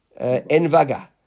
envaga